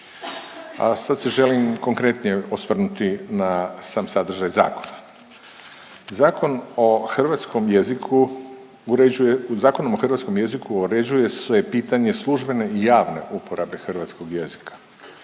sad se želim konkretnije osvrnuti na sam sadržaj zakona. Zakon o hrvatskom jeziku uređuje, Zakonom o hrvatskom jeziku uređuje se pitanje službene i javne uporabe hrvatskog jezika.